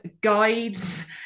guides